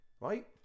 Right